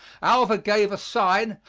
alva gave a sign,